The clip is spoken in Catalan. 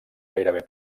gairebé